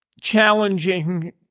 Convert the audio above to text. challenging